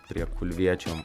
prie kulviečio